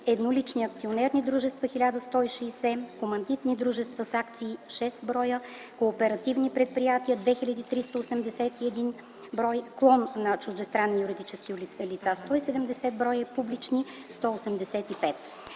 еднолични акционерни дружества – 1160, командитни дружества с акции – 6 броя, кооперативни предприятия – 2381, клон на чуждестранни юридически лица – 170 броя, публични